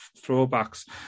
throwbacks